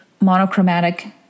monochromatic